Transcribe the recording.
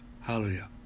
Hallelujah